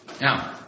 Now